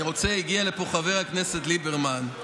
הגיע לפה חבר הכנסת ליברמן.